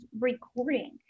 recording